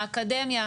האקדמיה,